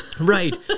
right